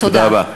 תודה.